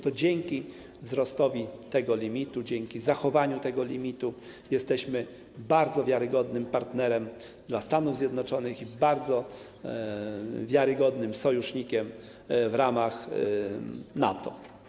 To dzięki wzrostowi tego limitu, dzięki zachowaniu tego limitu jesteśmy bardzo wiarygodnym partnerem dla Stanów Zjednoczonych i bardzo wiarygodnym sojusznikiem w ramach NATO.